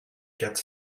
gets